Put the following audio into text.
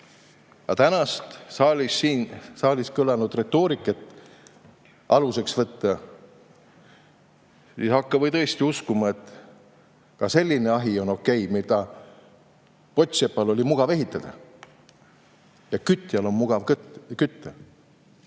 kui täna siin saalis kõlanud retoorikat aluseks võtta, siis hakka või uskuma, et ka selline ahi on okei, mida pottsepal oli mugav ehitada ja kütjal on mugav kütta.